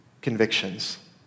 convictions